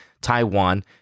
Taiwan